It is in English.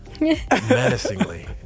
menacingly